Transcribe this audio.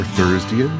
Thursday